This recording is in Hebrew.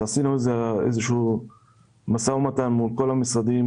עשינו איזשהו משא ומתן מול כל המשרדים